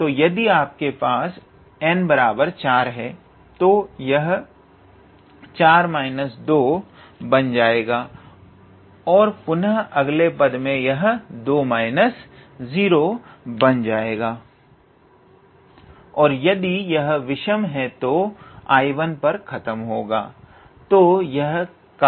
तो यदि आपके पास n 4 है तो यह बन जाएगा और पुनःअगले पद में यह बन जाएगा और यदि यह विषम है तो 𝐼1 पर खत्म होगा